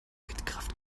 windkraft